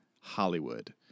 Hollywood